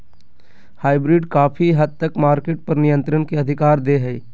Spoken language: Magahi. हाइब्रिड काफी हद तक मार्केट पर नियन्त्रण के अधिकार दे हय